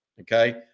Okay